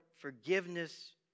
forgiveness